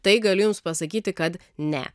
tai galiu jums pasakyti kad ne